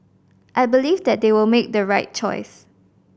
I believe that they will make the right choice